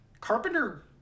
Carpenter